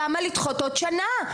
למה לדחות עוד שנה?